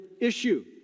issue